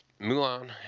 Mulan